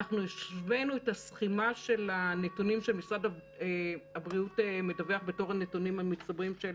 ן הבנו שאנחנו צריכים בחקירות אנושיות להסתמך יותר